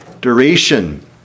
duration